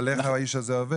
אז איך האיש הזה עובד?